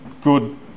good